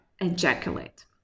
ejaculate